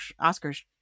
oscars